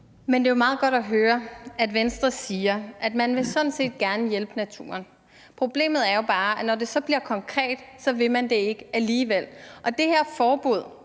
Men det er jo meget godt at høre, at Venstre siger, at man sådan set gerne vil hjælpe naturen. Problemet er jo bare, at når det så bliver konkret, vil man det ikke alligevel. Og det her forbud